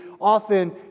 often